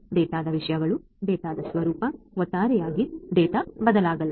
ಡೇಟಾದ ವಿಷಯಗಳು ಡೇಟಾದ ಸ್ವರೂಪ ಒಟ್ಟಾರೆಯಾಗಿ ಡೇಟಾ ಬದಲಾಗಿಲ್ಲ